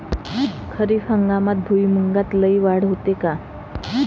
खरीप हंगामात भुईमूगात लई वाढ होते का?